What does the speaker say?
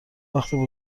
وقتی